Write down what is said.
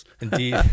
Indeed